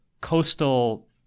coastal